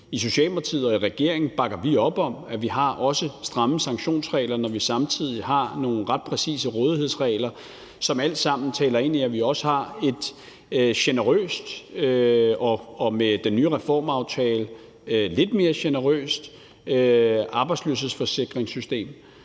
I Socialdemokratiet og i regeringen bakker vi op om, at vi har stramme sanktionsregler, når vi samtidig har nogle ret præcise rådighedsregler, hvilket alt sammen taler ind i, at vi også har et generøst og med den nye reformaftale lidt mere generøst arbejdsløshedsforsikringssystem.